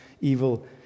evil